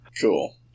Cool